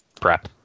prep